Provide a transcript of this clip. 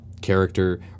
character